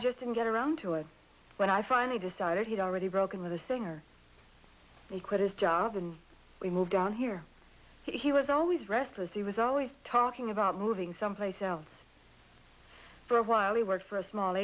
just didn't get around to it when i finally decided he'd already broken with the singer he quit his job and we moved on here he was always restless he was always talking about moving someplace else for a while he worked for a small